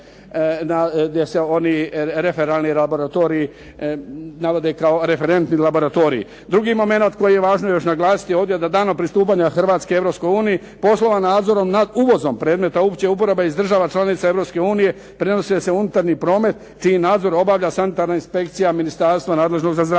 gdje se oni referalni laboratoriji navode kao referentni laboratoriji. Drugi momenat koji je važno još naglasiti ovdje da danom pristupanja Hrvatske Europskoj uniji poslova nadzorom nad uvozom predmeta opće uporabe iz država članica Europske unije prenose se u unutarnji promet čiji nadzor obavlja Sanitarna inspekcija ministarstva nadležnost za zdravstvo.